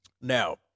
Now